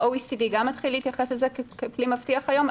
ה-OECD גם מתחיל להתייחס לזה ככלי מבטיח היום,